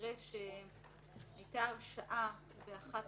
במקרה שהייתה הרשעה באחת